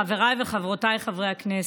חבריי וחברותיי חברי הכנסת,